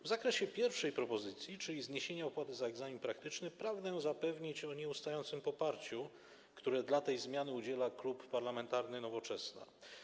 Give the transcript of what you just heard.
W zakresie pierwszej propozycji, czyli zniesienia opłaty za egzamin praktyczny, pragnę zapewnić o nieustającym poparciu, którego tej zmianie udziela klub parlamentarny Nowoczesna.